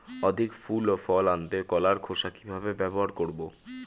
অধিক ফুল ও ফল আনতে কলার খোসা কিভাবে ব্যবহার করব?